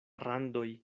randoj